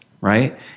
right